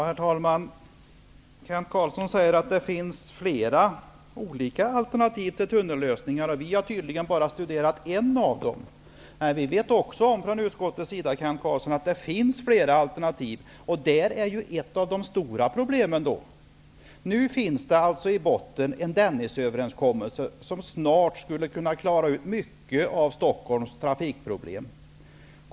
Herr talman! Kent Carlsson säger att det finns flera alternativa tunnellösningar. Vi har tydligen bara studerat en av dem. Vi vet från utskottets sida att det finns flera alternativ. Det är ett av de stor problemen. Dennisöverenskommelsen innebär att man snart skulle kunna klara ut mycket av Stockholms trafikproblem.